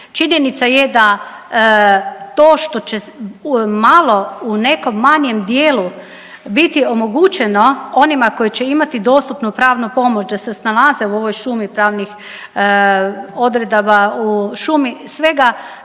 Činjenica je da to što će malo u nekom manjem dijelu biti omogućeno onima koji će imati dostupnu pravnu pomoć da se snalaze u ovoj šumi pravnih odredaba, u šumi svega.